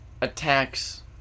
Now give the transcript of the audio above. attacks